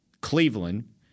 Cleveland